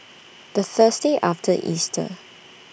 The Thursday after Easter